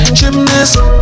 gymnast